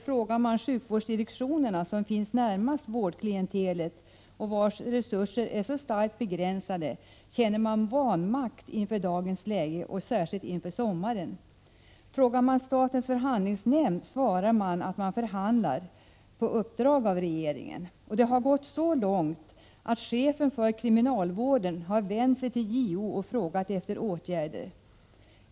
Frågar man sjukvårdsdirektionerna, som är närmast vårdklientelet och vars resurser är starkt begränsade, får man till svar att personalen där känner vanmakt inför dagens läge och särskilt inför sommaren. Frågar man statens förhandlingsnämnd blir svaret att förhandlingar pågår på uppdrag av regeringen. Det har gått så långt att chefen för kriminalvården har vänt sig till JO och efterfrågat åtgärder.